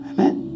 Amen